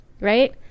right